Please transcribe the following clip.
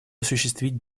осуществить